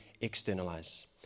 externalize